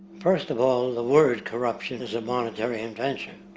first of all, the word corruption is a monetary invention,